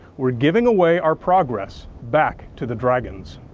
we're giving away our progress back to the dragons.